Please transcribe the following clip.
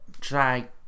Try